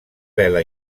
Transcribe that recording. vela